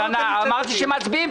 אבל אמרתי שמצביעים.